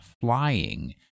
flying